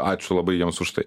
ačiū labai jiems už tai